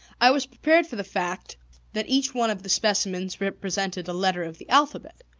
i was prepared for the fact that each one of the specimens represented a letter of the alphabet.